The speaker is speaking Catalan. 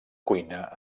cuina